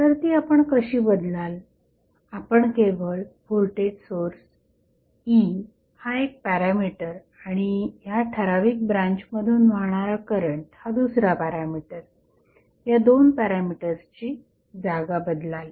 तर ती आपण कशी बदलाल आपण केवळ व्होल्टेज सोर्स E हा एक पॅरामिटर आणि ह्या ठराविक ब्रांचमधून वाहणारा करंट हा दुसरा पॅरामिटर या दोन पॅरामीटर्सची जागा बदलाल